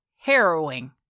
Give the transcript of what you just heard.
harrowing